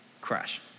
crash